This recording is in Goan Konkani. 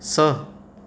स